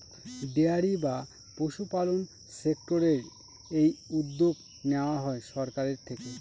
dairy বা পশুপালন সেক্টরের এই উদ্যোগ নেওয়া হয় সরকারের থেকে